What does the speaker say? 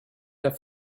der